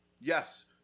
Yes